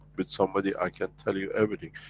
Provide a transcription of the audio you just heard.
with somebody, i can tell you everything.